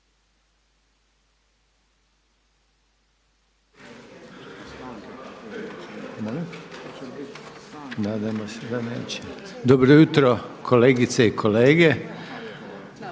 poštovane kolegice i kolege.